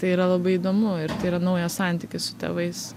tai yra labai įdomu ir tai yra naujas santykis su tėvais